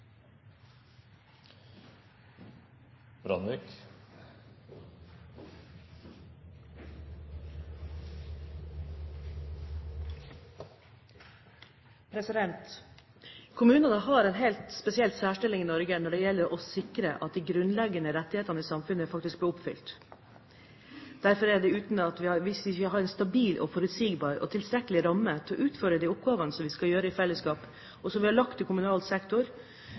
Kommunene har en særstilling i Norge når det gjelder å sikre at de grunnleggende rettighetene i samfunnet faktisk blir oppfylt. Hvis vi ikke har en stabil, forutsigbar og tilstrekkelig ramme som sikrer at vi kan utføre de oppgavene vi skal gjøre i fellesskap, og som er lagt til kommunal sektor,